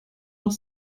noch